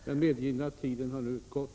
Den medgivna tiden har nu utgått.